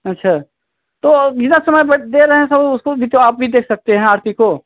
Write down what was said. अच्छा तो हिसाब समय क दे रहे हैं सो उसको भी तो आप भी देख सकते हैं आरती को